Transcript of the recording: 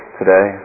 today